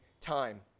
time